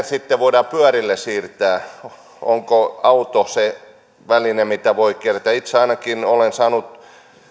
sitten voidaan pyörille siirtää ja onko auto se väline itse ainakin olen saanut